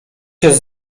jest